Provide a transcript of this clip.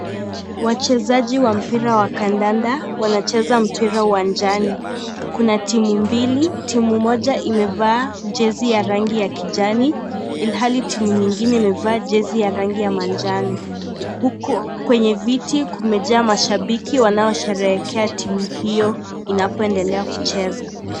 Wachezaji wa mpira wa kandanda wanacheza mpira uwanjani. Kuna timu mbili. Timu moja imevaa jezi ya rangi ya kijani ilhali timu nyingine imevaa jezi ya rangi ya manjano. Huko kwenye viti kumejaa mashabiki wanaosherehekea timu hiyo inapoendelea kucheza.